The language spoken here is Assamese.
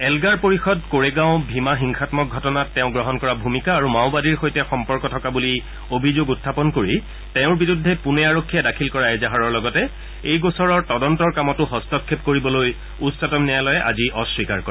এলগাৰ পৰিষদ কোৰেগাঁও ভীমা হিংসামক ঘটনাত তেওঁ গ্ৰহণ কৰা ভূমিকা আৰু মাওবাদীৰ সৈতে সম্পৰ্ক থকা বুলি অভিযোগ উখাপন কৰি তেওঁৰ বিৰুদ্ধে পুণে আৰক্ষীয়ে দাখিল কৰা এজাহাৰৰ লগতে এই গোচৰৰ তদন্তৰ কামতো হস্তক্ষেপ কৰিবলৈ উচ্চতম ন্যায়ালয়ে আজি অস্বীকাৰ কৰে